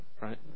Right